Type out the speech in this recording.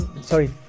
Sorry